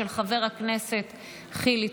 של חבר הכנסת חילי